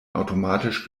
automatisch